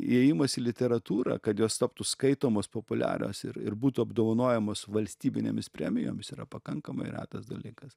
įėjimas į literatūrą kad jos taptų skaitomos populiarios ir ir būtų apdovanojamos valstybinėmis premijomis yra pakankamai retas dalykas